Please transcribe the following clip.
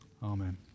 Amen